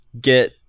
get